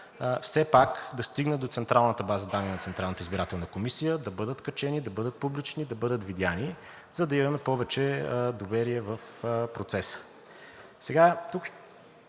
все пак да стигнат до централната база данни на ЦИК, да бъдат качени, да бъдат публични, да бъдат видени, за да имаме повече доверие в процеса.